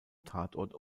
tatort